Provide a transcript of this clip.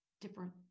different